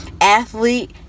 athlete